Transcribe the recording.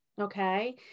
okay